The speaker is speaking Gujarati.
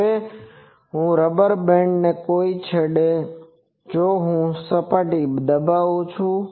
હવે જો હું રબર બેન્ડના કોઈ છેડે જો હું તેને સપાટી પર દબાવું છું